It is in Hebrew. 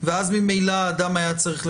ואז ממילא האדם היה צריך לחדש,